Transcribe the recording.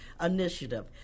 initiative